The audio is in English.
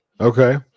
Okay